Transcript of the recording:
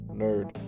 nerd